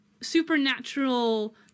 supernatural